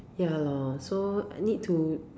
ya lor so I need to